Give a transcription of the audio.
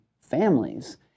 families